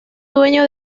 dueño